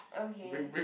okay